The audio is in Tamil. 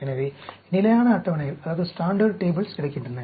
எனவே நிலையான அட்டவணைகள் கிடைக்கின்றன